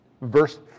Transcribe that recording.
verse